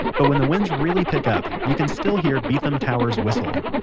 but when the winds really pick up, you can still hear beetham tower's whistle.